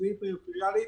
שהיא עיר פריפריאלית,